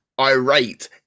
irate